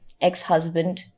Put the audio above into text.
ex-husband